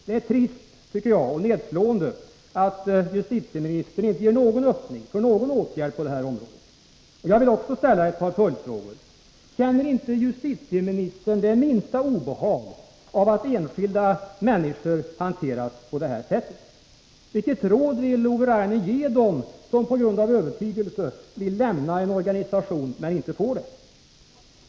Jag tycker att det är trist och nedslående att justitieministerns svar inte innebär någon öppning för några åtgärder på det här området. Jag vill ställa ett par följdfrågor. Känner inte justitieministern det minsta obehag av att enskilda människor hanteras på detta sätt? Vilket råd vill Ove Rainer ge dem som på grund av övertygelse vill lämna en organisation men inte får det?